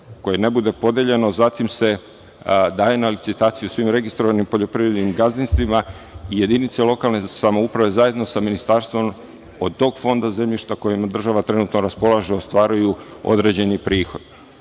koje ne bude podeljeno zatim se daje na licitaciju svim registrovanim poljoprivrednim gazdinstvima i jedinice lokalne samouprave, zajedno sa Ministarstvom od tog fonda zemljišta kojim država trenutno raspolaže ostvaruju određeni prihod. Prihod